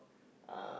uh